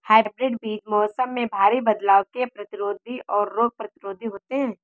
hybrid बीज मौसम में भारी बदलाव के प्रतिरोधी और रोग प्रतिरोधी होते हैं